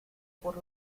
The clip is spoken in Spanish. por